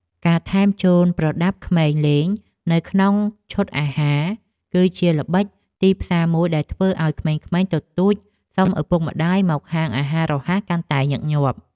ការថែមជូនប្រដាប់ក្មេងលេងនៅក្នុងឈុតអាហារ គឺជាល្បិចទីផ្សារមួយដែលធ្វើឲ្យក្មេងៗទទូចសុំឪពុកម្តាយមកហាងអាហាររហ័សកាន់តែញឹកញាប់។